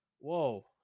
Whoa